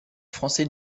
français